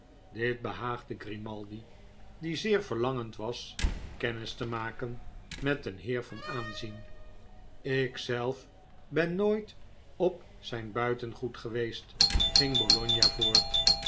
dit behaagde grimaldi die zeer verlangend was kennis te maken met een heer van aanzien ik zelf ben nooit op zijn buitengoed geweest ging bologna voort